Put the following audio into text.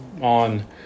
on